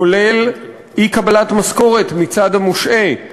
כולל אי-קבלת משכורת מצד המושעה,